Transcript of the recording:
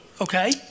Okay